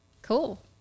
cool